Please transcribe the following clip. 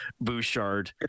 Bouchard